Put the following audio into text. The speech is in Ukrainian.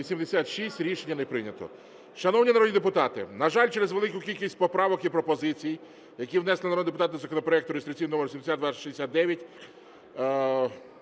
Рішення не прийнято.